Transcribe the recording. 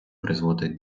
призводить